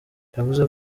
yavuze